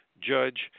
Judge